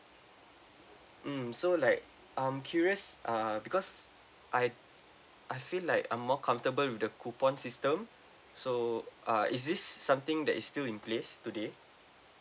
mm so like I'm curious ah because I I feel like I'm more comfortable with the coupon system so uh is this something that is still in place today